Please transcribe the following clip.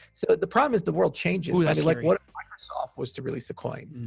so the problem is the world changes, like what if microsoft was to release a coin?